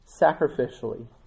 sacrificially